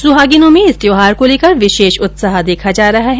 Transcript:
सुहागिनों में इस त्यौहार को लेकर विशेष उत्साह देखा जा रहा है